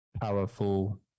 powerful